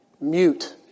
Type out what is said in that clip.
mute